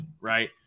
right